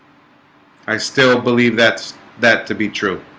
i still believe that's that to be true